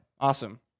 Awesome